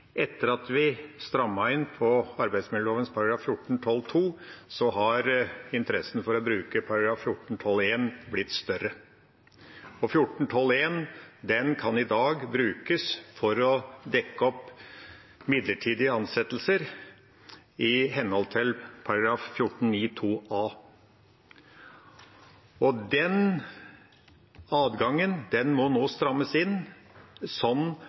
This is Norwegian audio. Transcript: etter at vi strammet inn på arbeidsmiljøloven § 14-12 , har interessen for å bruke § 14-12 blitt større. kan i dag brukes for å dekke opp midlertidige ansettelser i henhold til § 14-9 a). Den adgangen må nå strammes inn, sånn